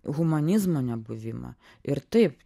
humanizmo nebuvimą ir taip